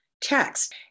text